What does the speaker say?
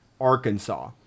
Arkansas